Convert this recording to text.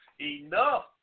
enough